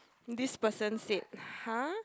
this person said !huh!